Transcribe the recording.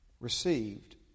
received